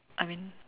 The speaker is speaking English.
I mean